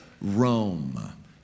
Rome